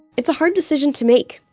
it's a hard decision to make.